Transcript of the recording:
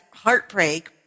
heartbreak